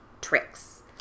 tricks